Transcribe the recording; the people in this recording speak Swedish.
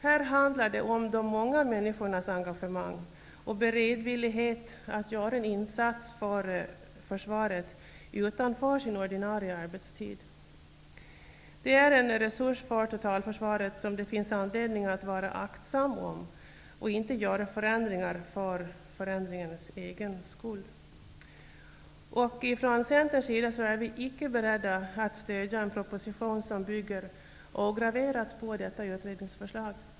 Här handlar det om de många människornas engagemang och beredvillighet att göra en insats för försvaret utanför sin ordinarie arbetstid. Det är en resurs för totalförsvaret som det finns anledning att vara aktsam om, och man skall inte göra förändringar för förändringarnas egen skull. Från Centerns sida är vi icke beredda att stödja en proposition som bygger ograverat på detta utredningsförslag.